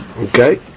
Okay